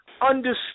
understood